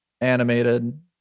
animated